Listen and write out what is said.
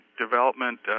development